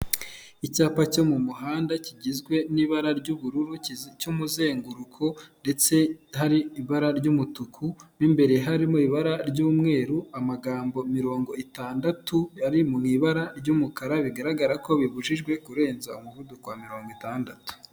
Icyapa cyo mu muhanda kigizwe n'ibara ry'ubururu cy'umuzenguruko ndetse hari ibara ry'umutuku, mo imbere harimo ibara ry'umweru, amagambo mirongo itandatu ari mu ibara ry'umukara bigaragara ko bibujijwe kurenza umuvuduko wa mirongo itandatu.